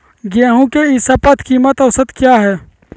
गेंहू के ई शपथ कीमत औसत क्या है?